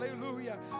hallelujah